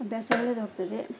ಅಭ್ಯಾಸ ಒಳ್ಳೇದು ಹೋಗ್ತದೆ